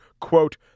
quote